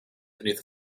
beneath